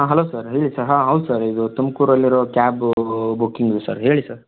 ಹಾಂ hello sir ಹೇಳಿ sir ಹಾಂ ಹೌದು ಸರ್ ಇದು ತುಮಕೂರಲ್ಲಿರೋ ಕ್ಯಾಬೂ ಬುಕ್ಕಿಂಗು ಸರ್ ಹೇಳಿ ಸರ್